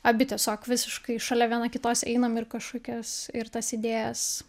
abi tiesiog visiškai šalia viena kitos einam ir kažkokias ir tas idėjas